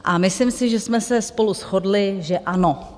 A myslím si, že jsme se spolu shodli, že ano.